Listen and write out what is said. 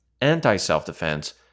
anti-self-defense